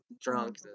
drunk